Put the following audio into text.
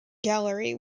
gallery